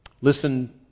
Listen